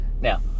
Now